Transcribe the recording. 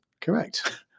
Correct